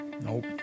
Nope